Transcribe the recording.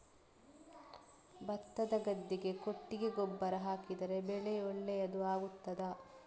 ಭತ್ತದ ಗದ್ದೆಗೆ ಕೊಟ್ಟಿಗೆ ಗೊಬ್ಬರ ಹಾಕಿದರೆ ಬೆಳೆ ಒಳ್ಳೆಯದು ಆಗುತ್ತದಾ?